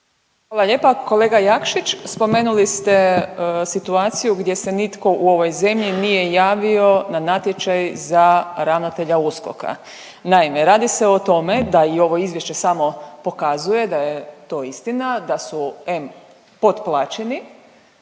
Hvala lijepa. Kolega Jakšić, spomenuli ste situaciju gdje se nitko u ovoj zemlji nije javio na natječaj za ravnatelja USKOK-a. Naime, radi se o tome da i ovo izvješće samo pokazuje da je to istina da su em potplaćeni